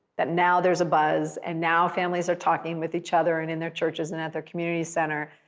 that now there is a buzz, and now families are talking with each other and in their churches and at their community center,